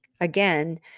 again